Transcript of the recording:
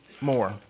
more